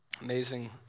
amazing